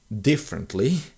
differently